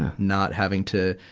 and not having to,